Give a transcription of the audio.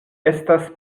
estas